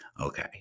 Okay